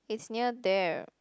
it's near there